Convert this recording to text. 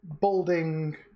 balding